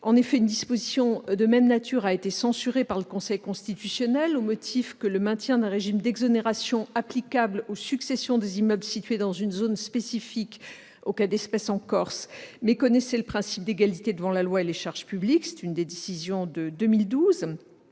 2. Une disposition de même nature a été censurée par le Conseil constitutionnel, au motif que le maintien d'un régime d'exonération applicable aux successions des immeubles situés dans une zone spécifique- au cas d'espèce en Corse -méconnaissait le principe d'égalité devant la loi et les charges publiques. Il s'agit d'une décision de 2012.